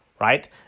right